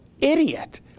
idiot